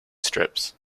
strips